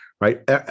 Right